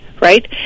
Right